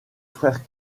frère